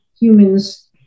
humans